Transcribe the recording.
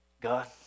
God